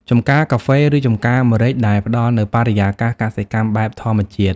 ចំការកាហ្វេ ឬចម្ការម្រេច ដែលផ្តល់នូវបរិយាកាសកសិកម្មបែបធម្មជាតិ។